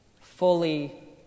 fully